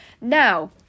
Now